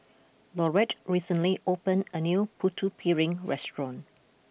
Laurette recently opened a new Putu Piring restaurant